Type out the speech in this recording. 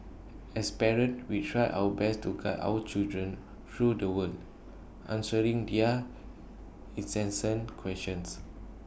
as parents we try our best to guide our children through the world answering their incessant questions